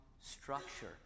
structure